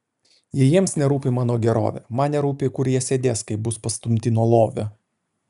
jei jiems nerūpi mano gerovė man nerūpi kur jie sėdės kai bus pastumti nuo lovio